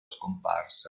scomparsa